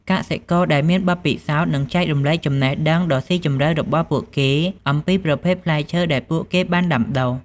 កសិករដែលមានបទពិសោធន៍នឹងចែករំលែកចំណេះដឹងដ៏ស៊ីជម្រៅរបស់ពួកគេអំពីប្រភេទផ្លែឈើដែលពួកគេបានដាំដុះ។